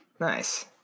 Nice